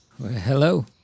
Hello